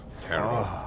terrible